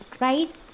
right